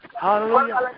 Hallelujah